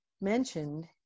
mentioned